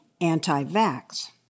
anti-vax